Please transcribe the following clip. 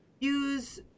use